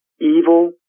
evil